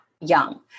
young